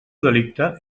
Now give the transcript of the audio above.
delicte